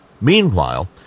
Meanwhile